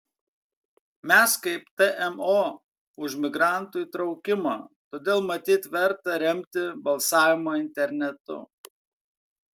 mes kaip tmo už migrantų įtraukimą todėl matyt verta remti balsavimą internetu